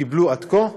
קיבלו עד כה.